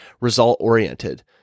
result-oriented